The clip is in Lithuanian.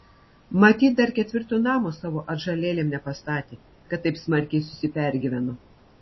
matyt dar ketvirto namo savo atžalėlėm nepastatė kad taip smarkiai susipergyveno